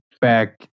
back